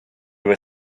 were